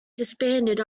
disbanded